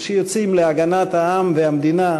שיוצאים להגנת העם והמדינה,